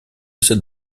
cette